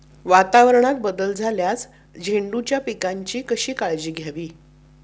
वातावरणात बदल झाल्यास झेंडूच्या पिकाची कशी काळजी घ्यावी?